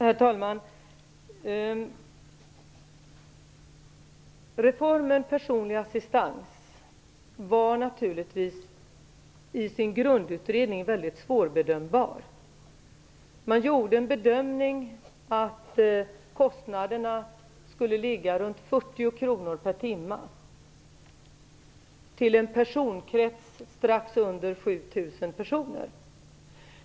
Herr talman! Reformen om personlig assistans var naturligtvis mycket svårbedömbar i grundutredningen. Man gjorde den bedömningen att kostnaderna skulle ligga runt 40 kr per timme till en personkrets på strax under 7 000 personer.